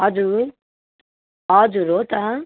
हजुर हजुर हो त